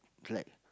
glad